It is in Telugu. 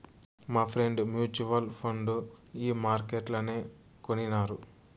మాఫ్రెండ్ మూచువల్ ఫండు ఈ మార్కెట్లనే కొనినారు